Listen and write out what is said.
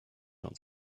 schon